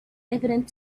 evident